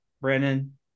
Brandon